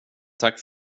tack